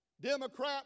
Democrat